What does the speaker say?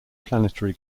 planetary